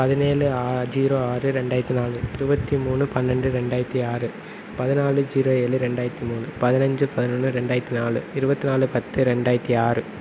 பதினேழு ஆ ஜீரோ ஆறு ரெண்டாயிரத்து நாலு இருபத்திமூணு பன்னெண்டு ரெண்டாயிரத்து ஆறு பதினாலு ஜீரோ ஏழு ரெண்டாயிரத்து மூணு பதினஞ்சி பதுனொன்று ரெண்டாயிரத்து நாலு இருபத்தினாலு பத்து ரெண்டாயிரத்து ஆறு